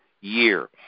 year